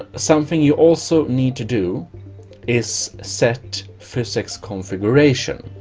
ah something you also need to do is set physics configuration